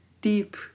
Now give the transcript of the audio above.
deep